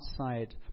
outside